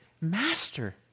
Master